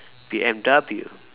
B_M_W